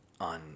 on